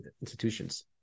institutions